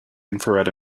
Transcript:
infrared